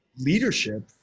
leadership